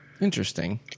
Interesting